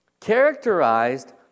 characterized